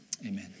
amen